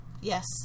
yes